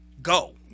go